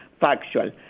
factual